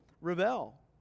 rebel